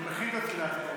אני מכין את עצמי להצבעות.